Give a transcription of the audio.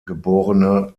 geb